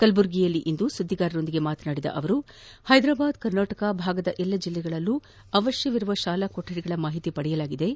ಕಲಬುರಗಿಯಲ್ಲಿಂದು ಸುದ್ದಿಗಾರರೊಂದಿಗೆ ಮಾತನಾಡಿದ ಅವರು ಹೈದರಾಬಾದ್ ಕರ್ನಾಟಕ ಭಾಗದ ಎಲ್ಲ ಜೆಲ್ಲೆಗಳಲ್ಲಿ ಅವಶ್ವವಿರುವ ಶಾಲಾ ಕೊಕಡಿಗಳ ಮಾಹಿತಿ ಪಡೆಯಲಾಗಿದ್ದು